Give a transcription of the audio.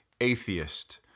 atheist